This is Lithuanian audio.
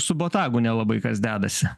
su botagu nelabai kas dedasi